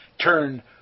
turn